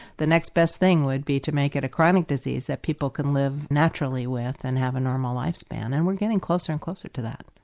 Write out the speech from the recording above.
the next best thing would be to make it a chronic disease that people can live naturally with and have a normal lifespan, and we're getting closer and closer to that.